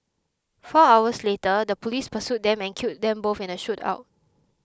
four hours later the police pursued them and killed them both in a shoot out